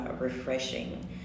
refreshing